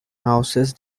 houses